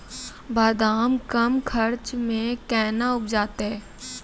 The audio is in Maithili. बादाम कम खर्च मे कैना उपजते?